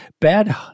bad